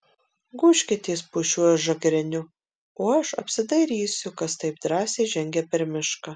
gūžkitės po šiuo žagreniu o aš apsidairysiu kas taip drąsiai žengia per mišką